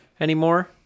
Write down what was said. anymore